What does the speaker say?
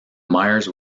myers